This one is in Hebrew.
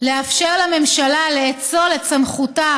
לאפשר לממשלה לאצול את סמכותה,